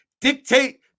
Dictate